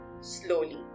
slowly